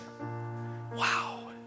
Wow